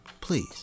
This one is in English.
Please